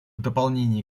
дополнение